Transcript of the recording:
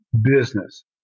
business